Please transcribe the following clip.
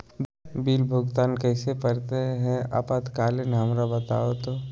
Bill भुगतान कैसे करते हैं आपातकालीन हमरा बताओ तो?